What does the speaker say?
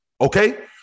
Okay